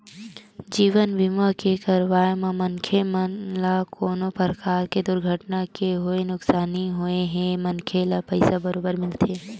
जीवन बीमा के करवाब म मनखे ल कोनो परकार ले दुरघटना के होय नुकसानी होए हे मनखे ल पइसा बरोबर मिलथे